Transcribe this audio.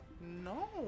No